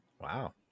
Wow